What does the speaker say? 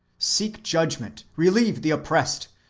seek judgment, relieve the oppressed,